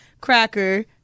cracker